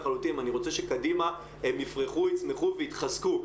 אני רוצה שקדימה הם יפרחו יצמחו והתחזקו,